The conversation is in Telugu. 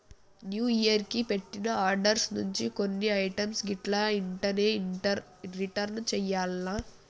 న్యూ ఇయర్ కి పెట్టిన ఆర్డర్స్ నుంచి కొన్ని ఐటమ్స్ గిట్లా ఎంటనే రిటర్న్ చెయ్యాల్ల